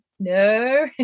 No